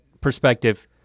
perspective